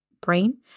brain